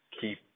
Keep